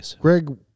Greg